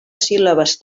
síl·labes